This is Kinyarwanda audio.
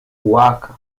uwaka